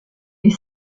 est